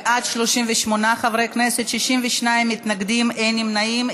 בעד, 38 חברי כנסת, 62 מתנגדים, אין נמנעים.